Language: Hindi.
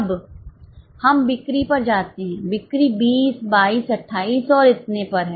अब हम बिक्री पर जाते हैं बिक्री 20 22 28 और इतने पर हैं